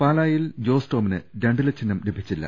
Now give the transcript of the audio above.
പാലായിൽ ജോസ് ടോമിന് രണ്ടില ചിഹ്നം ലഭിച്ചില്ല